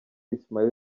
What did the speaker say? ismail